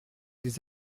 des